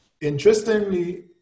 Interestingly